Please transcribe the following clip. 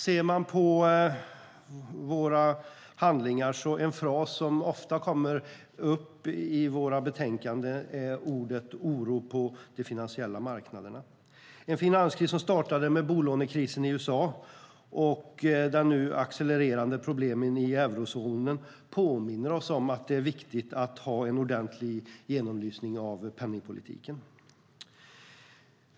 Ser man på våra handlingar märker man att en fras som ofta kommer upp i våra betänkanden är "oro på de finansiella marknaderna". En finanskris som startade med bolånekrisen i USA och de nu accelererande problemen inom eurozonen påminner oss om att det är viktigt att ha en ordentlig genomlysning av penningpolitiken.